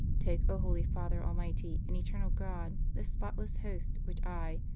take, o holy father, almighty and eternal god, this spotless host which i,